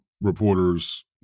reporters